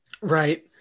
Right